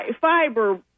Fiber